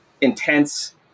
intense